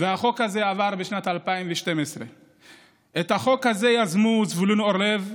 והחוק הזה עבר בשנת 2012. את החוק הזה יזמו חברי הכנסת זבולון אורלב,